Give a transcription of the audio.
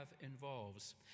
involves